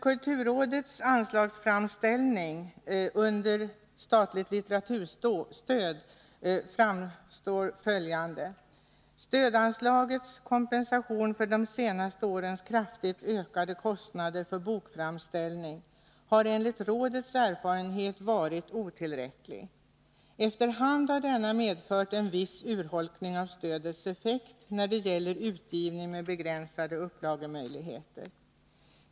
Kulturrådet anför i sin anslagsframställning till budgetåret 1981/82 angående statligt litteraturstöd följande: ”Stödanslagets kompensation för de senaste årens kraftigt ökade kostnader för bokframställning har enl. rådets erfarenhet varit otillräcklig. Efterhand har denna medfört en viss urholkning av stödets effekt när det gäller utgivning med begränsade upplagemöjligheter.